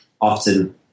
often